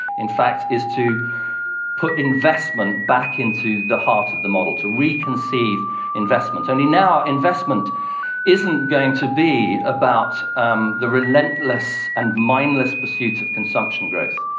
in fact, is to put investment back into the heart of the model, to re-conceive investment. only now, investment isn't going to be about um the relentless and mindless pursuit of consumption growth.